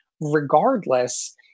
regardless